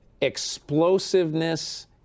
Explosiveness